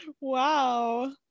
Wow